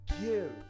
give